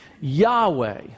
Yahweh